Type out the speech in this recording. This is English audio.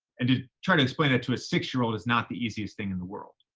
and to try to explain that to a six-year-old is not the easiest thing in the world.